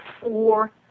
four